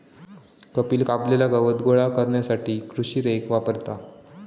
कपिल कापलेला गवत गोळा करण्यासाठी कृषी रेक वापरता